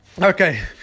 okay